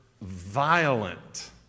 violent